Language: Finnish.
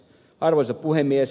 arvoisa puhemies